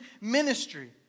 ministry